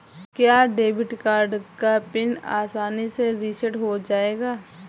क्या debit card का PIN आसानी से रीसेट हो जाएगा?